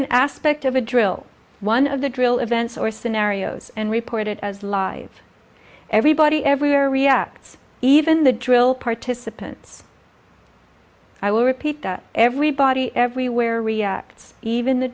an aspect of a drill one of the drill events or scenarios and report it as live everybody everywhere reacts even the drill participants i will repeat that everybody everywhere reacts even the